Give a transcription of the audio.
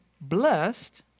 blessed